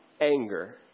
anger